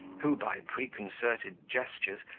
who, by preconcerted gestures,